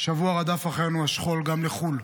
השבוע רדף אחרינו השכול גם לחו"ל.